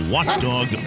Watchdog